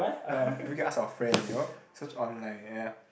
[huh] we can ask our friend you know search online ya ya